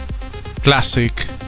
classic